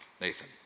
Nathan